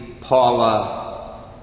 Paula